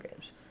games